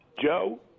Joe